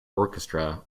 orchestra